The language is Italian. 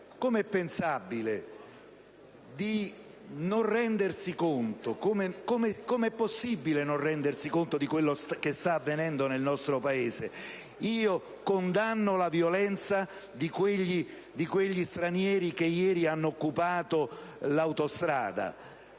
Com'è possibile non rendersi conto di quello che sta avvenendo nel nostro Paese? Io condanno la violenza di quegli stranieri che ieri hanno occupato l'autostrada,